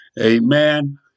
Amen